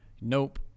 nope